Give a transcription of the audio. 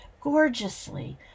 gorgeously